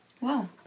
Wow